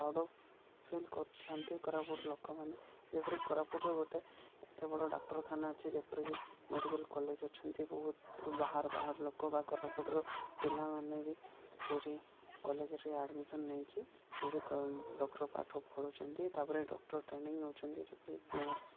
proud of feel କରିଥାନ୍ତି କୋରାପୁଟ ଲୋକମାନେ ଯେପରିକି କୋରାପୁଟରେ ଗୋଟେ ଏତେ ବଡ଼ ଡାକ୍ଟରଖାନା ଅଛି ଯେପରିକି ମେଡ଼ିକାଲ୍ କଲେଜ୍ ଅଛନ୍ତି ବହୁତ ବାହାର ବାହାର ଲୋକ ବା କୋରାପୁଟର ପିଲାମାନେ ବି ସେଇଠି କଲେଜ୍ରେ ଆଡ଼ମିସନ୍ ନେଇକି ସେଇଠି ଡକ୍ଟର ପାଠ ପଢ଼ୁଛନ୍ତି ତା'ପରେ ଡକ୍ଟର ଟ୍ରେନିଂ ନଉଛନ୍ତି ଯେପରିକି ନର୍ସ